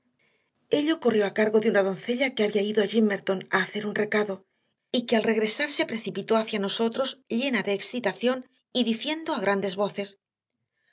ello corrió a cargo de una doncella que había ido a gimmerton a hacer un recado y que al regresar se precipitó hacia nosotros llena de excitación y diciendo a grandes voces